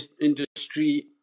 industry